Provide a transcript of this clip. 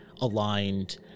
aligned